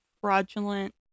fraudulent